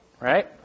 right